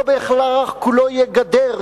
לא בהכרח כולו יהיה גדר,